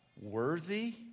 worthy